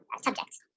subjects